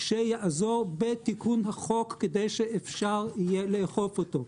שיעזור בתיקון החוק כדי שאפשר יהיה לאכוף אותו.